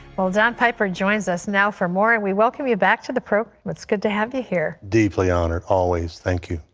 well don piper joins us now for more. and we welcome you back to the program. good to have you here. deeply honored, always. thank you.